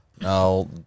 Now